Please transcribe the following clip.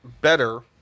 better